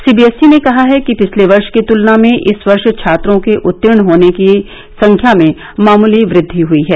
CBSE ने कहा है कि पिछले वर्ष की तुलना में इस वर्ष छात्रों के उर्ततीण होने वालों की संख्या में मामूली वृद्धि हुई है